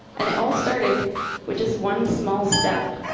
and it all started with just one small step.